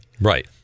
Right